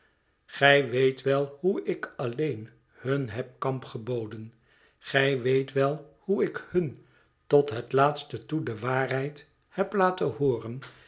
gij weet wel hoe ik alleen hun heb kamp geboden gij weet wel hoeik hun tot het laatste toe de waarheid heb laten hooren